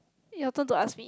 your turn to ask me